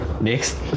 Next